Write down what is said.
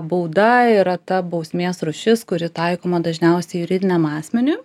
bauda yra ta bausmės rūšis kuri taikoma dažniausiai juridiniam asmeniui